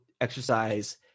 exercise